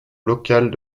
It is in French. locale